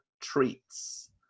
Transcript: Treats